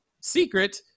secret